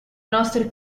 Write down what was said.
nostre